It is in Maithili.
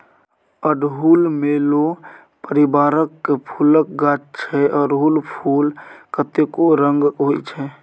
अड़हुल मेलो परिबारक फुलक गाछ छै अरहुल फुल कतेको रंगक होइ छै